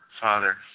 Father